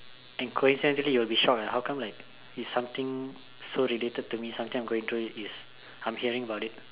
and coincidentally you will be shocked like how come like it's something so related to me something that I am going through I am hearing about it